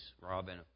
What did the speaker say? Robin